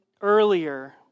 earlier